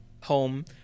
home